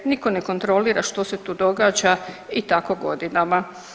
Nitko ne kontrolira što se tu događa i tako godinama.